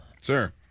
Sir